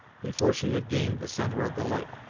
before she had gained the centre of the lake.